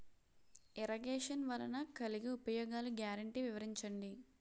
Irrigation వలన కలిగే ఉపయోగాలు గ్యారంటీ వివరించండి?